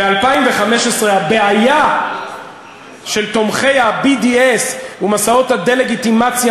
הבעיה של תומכי ה-BDS ומסעות הדה-לגיטימציה